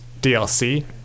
DLC